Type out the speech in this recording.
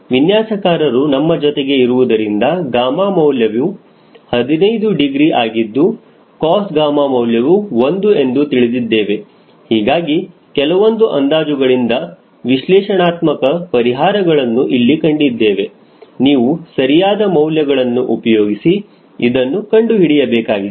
ವಿನ್ಯಾಸಕಾರರು ನಮ್ಮ ಜೊತೆಗೆ ಇರುವುದರಿಂದ γ ಮೌಲ್ಯವು 15 ಡಿಗ್ರಿ ಆಗಿದ್ದು cosγ ಮೌಲ್ಯವು 1 ಎಂದು ತಿಳಿದಿದ್ದೇವೆ ಹೀಗಾಗಿ ಕೆಲವೊಂದು ಅಂದಾಜುಗಳಿಂದ ವಿಶ್ಲೇಷಣಾತ್ಮಕ ಪರಿಹಾರಗಳನ್ನು ಇಲ್ಲಿ ಕಂಡಿದ್ದೇವೆ ನೀವು ಸರಿಯಾದ ಮೌಲ್ಯಗಳನ್ನು ಉಪಯೋಗಿಸಿ ಇದನ್ನು ಕಂಡುಹಿಡಿಯಬೇಕಾಗಿದೆ